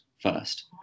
first